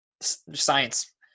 science